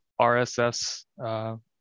RSS